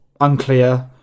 unclear